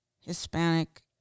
Hispanic